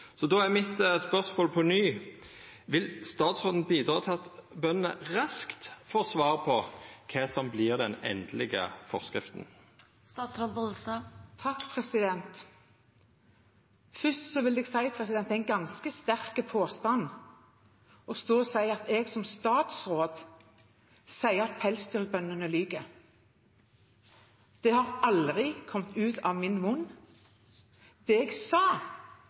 Så då er spørsmålet mitt på nytt: Vil statsråden bidra til at bøndene raskt får svar på kva som vert den endelege forskrifta? Først vil jeg si at det er en ganske sterk påstand at jeg som statsråd sier at pelsdyrbøndene lyver. Det har aldri kommet ut av min munn. Det jeg sa,